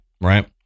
Right